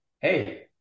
hey